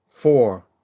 four